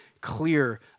clear